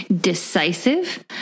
decisive